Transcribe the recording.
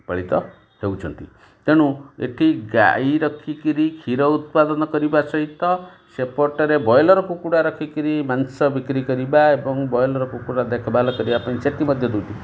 ପାଳିତ ହେଉଛନ୍ତି ତେଣୁ ଏଇଠି ଗାଈ ରଖିକରି କ୍ଷୀର ଉତ୍ପାଦନ କରିବା ସହିତ ସେପଟରେ ବ୍ରଏଲର୍ କୁକୁଡ଼ା ରଖିକରି ମାଂସ ବିକ୍ରି କରିବା ଏବଂ ବ୍ରଏଲର୍ କୁକୁଡ଼ା ଦେଖଭାଲ କରିବା ପାଇଁ ସେଠି ମଧ୍ୟ ଦେଉଛି